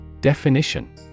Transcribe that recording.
Definition